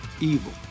evil